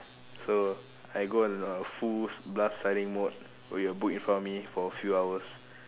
so I go in a full blast studying mode with a book in front of me for a few hours